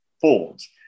forms